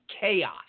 chaos